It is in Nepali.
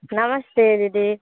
नमस्ते दिदी